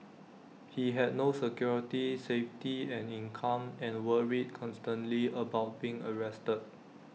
he had no security safety and income and worried constantly about being arrested